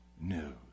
news